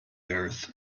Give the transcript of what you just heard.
earth